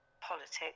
politics